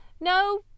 No